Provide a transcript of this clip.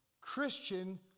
Christian